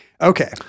Okay